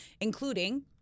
including –